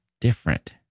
different